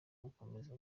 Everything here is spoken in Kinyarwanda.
gukomeza